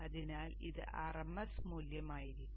അതിനാൽ ഇത് RMS മൂല്യമായിരിക്കും